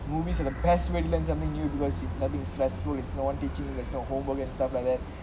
movies are the best way to learn something new because is nothing stressful it's not one teacher let's her homework and stuff like that